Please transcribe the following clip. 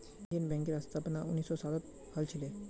Indian बैंकेर स्थापना उन्नीस सौ सातत हल छिले